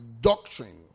doctrine